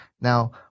Now